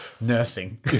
nursing